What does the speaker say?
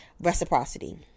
reciprocity